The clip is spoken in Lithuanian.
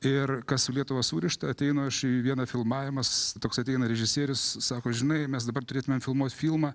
ir kas su lietuva surišta ateinu aš į vieną filmavimas toks ateina režisierius sako žinai mes dabar turėtumėm filmuot filmą